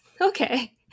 Okay